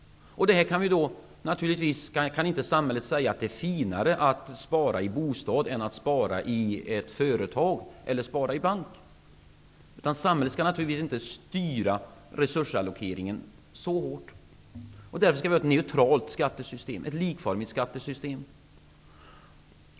Samhället kan naturligtvis inte säga att det är finare att spara i en bostad än att spara i ett företag eller att spara i bank. Samhället skall inte styra resursallokeringen så hårt. Därför skall vi ha ett neutralt skattesystem, ett likformigt skattesystem.